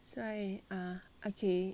so right err okay